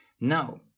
Now